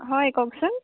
হয় কওঁকচোন